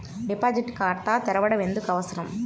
Deposit ఖాతా తెరవడం ఎందుకు అవసరం?